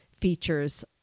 features